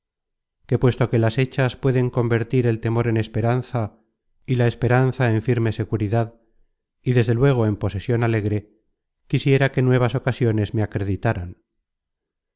que puesto que las hechas pueden convertir el temor en esperanza y la esperanza en firme seguridad y desde luego en posesion alegre destos pastores no